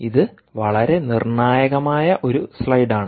ഇത് വളരെ നിർണായകമായ ഒരു സ്ലൈഡാണ്